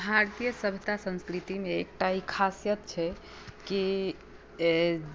भारतीय सभ्यता संस्कृतिमे एकटा ई खासियत छै कि जे